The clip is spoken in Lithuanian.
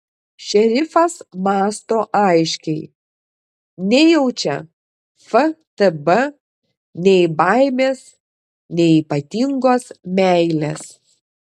šerifas mąsto aiškiai nejaučia ftb nei baimės nei ypatingos meilės